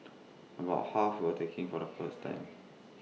about half were taking for the first time